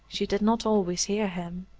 she did not always hear him.